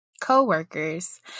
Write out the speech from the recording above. co-workers